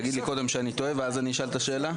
קודם תגיד לי שאני טועה ואז אני אשאל את השאלה?